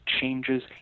changes